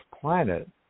planet